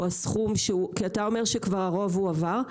כי אתה אומר שכבר הרוב הועבר,